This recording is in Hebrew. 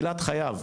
לקראתו?